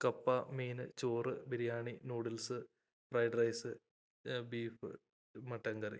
കപ്പ മീന് ചോറ് biryani noodles fried rice beef mutton കറി